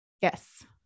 Yes